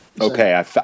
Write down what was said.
Okay